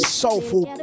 soulful